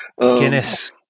Guinness